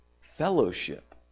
Fellowship